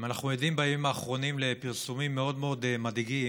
אנחנו עדים בימים האחרונים לפרסומים מדאיגים